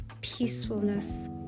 Peacefulness